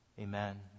Amen